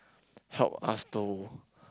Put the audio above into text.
help us to